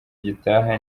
gitaha